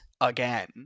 again